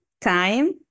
time